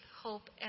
hope